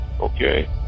okay